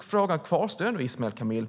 Frågan kvarstår, Ismail Kamil.